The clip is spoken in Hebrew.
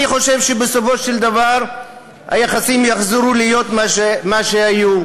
אני חושב שבסופו של דבר היחסים יחזרו להיות מה שהיו.